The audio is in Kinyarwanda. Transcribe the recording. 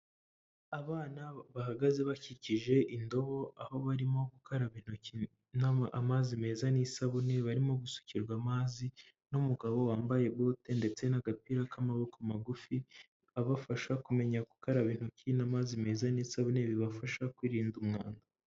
Abana bahagaze bakikije indobo aho barimo gukaraba intoki n'amazi meza n'isabune, barimo gusukirwa amazi n'umugabo wambaye bote ndetse n'agapira k'amaboko magufi, abafasha kumenya gukaraba intoki n'amazi meza n'isabune, bibafasha kwirinda umwanda.